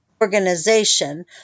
Organization